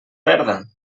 perda